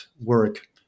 work